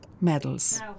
medals